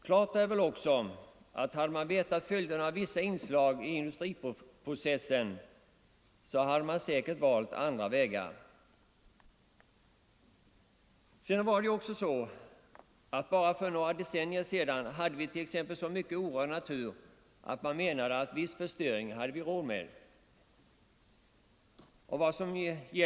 Klart är också att hade man vetat följderna av vissa inslag i industriprocessen, hade man säkert valt andra vägar. Vidare hade vi för bara några decennier sedan så mycket orörd natur att man menade att vi hade råd med en viss förstöring.